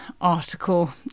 article